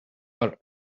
are